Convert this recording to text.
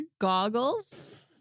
goggles